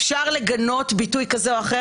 אפשר לגנות ביטוי כזה או אחר.